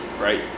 right